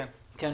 כן.